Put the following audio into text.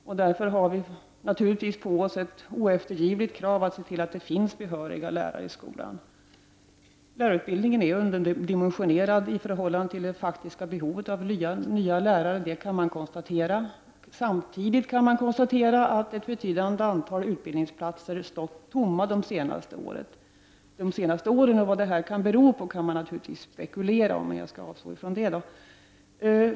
Därför har vi naturligtvis ett oeftergivligt krav på oss att se till att det finns behöriga lärare i skolan. Lärarutbildningen i dag är underdimensionerad i förhållande till det faktiska behovet av nya lärare. Det kan man konstatera. Samtidigt kan man konstatera att ett betydande antal utbildningsplatser stått tomma de senaste åren. Vad detta kan bero på kan man naturligtvis spekulera i, men jag skall avstå ifrån det just nu.